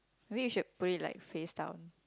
maybe you should put it like face down